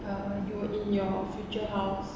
uh you were in your future house